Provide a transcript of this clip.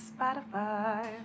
Spotify